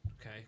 Okay